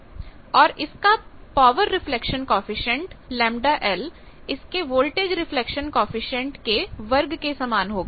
और इसका power reflection coefficient ΓL इसके वोल्टेज रिफ्लेक्शन कॉएफिशिएंट के वर्ग के समान होगा